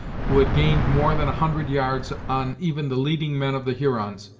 who had gained more than a hundred yards on even the leading men of the hurons,